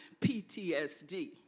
PTSD